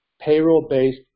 payroll-based